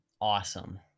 Awesome